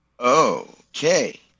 Okay